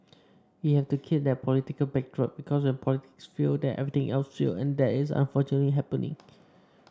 we have to keep that political backdrop because when politics fails then everything else fails and that is unfortunately happening